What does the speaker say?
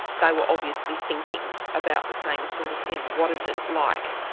they were obviously thinking about the same sort of thing-what is it like,